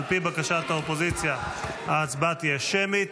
על פי בקשת האופוזיציה, ההצבעה תהיה שמית.